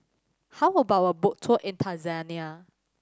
how about a boat tour in Tanzania